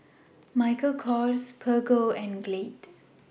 Michael Kors Peugeot and Glade